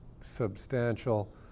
substantial